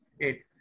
Eight